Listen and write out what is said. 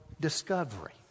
discovery